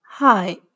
Hi